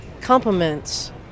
compliments